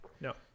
No